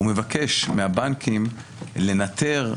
והוא מבקש מהבנקים לנטר,